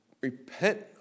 repent